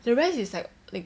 the rest is like like